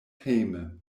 hejme